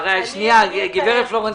שנייה, גברת פלורנטין.